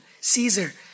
Caesar